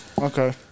Okay